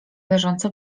leżące